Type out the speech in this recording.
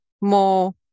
more